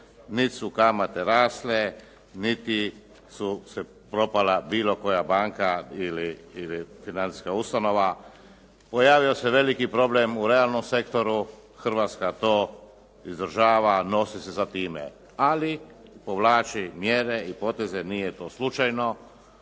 niti su kamate rasle, niti je propala bilo koja banka ili financijska ustanova. Pojavio se veliki problem u realnom sektoru, Hrvatska to izdržava, nosi se sa time, ali povlači mjere i poteze, nije to slučajno.